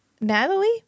Natalie